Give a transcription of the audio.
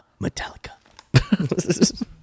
Metallica